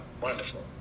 wonderful